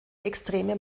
extreme